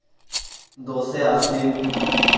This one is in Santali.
ᱫᱚᱥᱮ ᱟᱹᱥᱤᱱ